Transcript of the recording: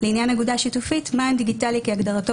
לעניין אגודה שיתופית מען דיגיטלי כהגדרתו